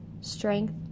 strength